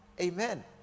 Amen